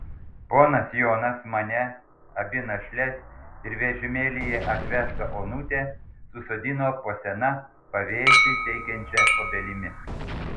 ponas jonas mane abi našles ir vežimėlyje atvežtą onutę susodino po sena pavėsį teikiančia obelimi